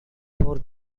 for